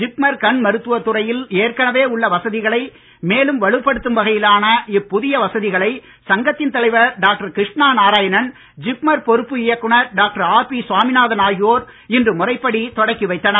ஜிப்மர் கண்மருத்துவத் துறையில் ஏற்கனவே உள்ள வசதிகளை மேலும் வலுப்படுத்தும் வகையிலான இப்புதிய வசதிகளை சங்கத்தின் தலைவர் டாக்டர் கிருஷ்ணா நாராயணன் ஜிப்மர் பொறுப்பு இயக்குனர் டாக்டர் ஆர் பி சுவாமிநாதன் ஆகியோர் இன்று முறைப்படித் தொடக்கி வைத்தனர்